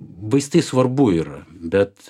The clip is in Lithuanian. vaistai svarbu yra bet